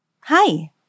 Hi